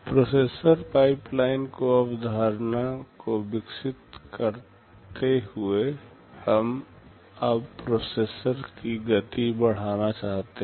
processor pipeline को अवधारणा को विस्तारित करते हुए हम अब प्रोसेसर की गति बढ़ाना चाहते हैं